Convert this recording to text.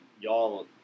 y'all